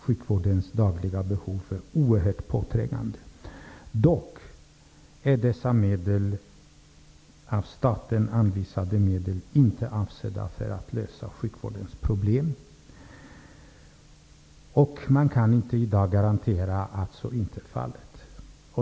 Sjukvårdens dagliga behov är oerhört trängande. Dock är de av staten anvisade medlen inte avsedda för att lösa sjukvårdens problem. Man kan inte i dag garantera att så inte är fallet.